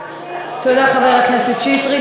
תודה, חבר הכנסת שטרית.